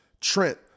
Trent